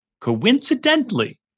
Coincidentally